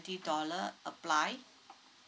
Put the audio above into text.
dollar apply